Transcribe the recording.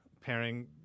pairing